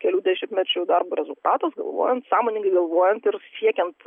kelių dešimtmečių darbo rezultatas galvojant sąmoningai galvojant ir siekiant